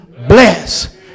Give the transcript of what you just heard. Bless